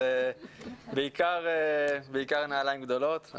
אז בעיקר נעלים גדולות.